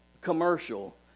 commercial